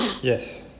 yes